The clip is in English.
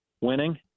winning